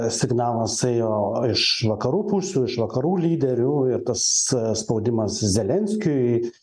signalas ėjo iš vakarų pusių iš vakarų lyderių ir tas spaudimas zelenskiui